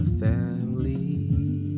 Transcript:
family